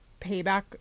payback